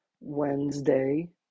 Wednesday